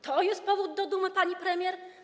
To jest powód do dumy, pani premier?